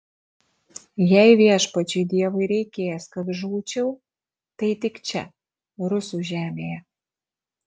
jei viešpačiui dievui reikės kad žūčiau tai tik čia rusų žemėje